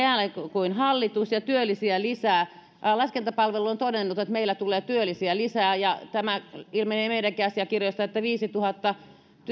kuin hallitus ja työllisiä lisää laskentapalvelu on todennut että meillä tulee työllisiä lisää ja tämä ilmenee meidänkin asiakirjoista että viisituhatta